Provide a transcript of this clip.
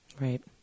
Right